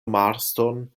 marston